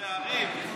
ראשי ערים.